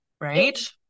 right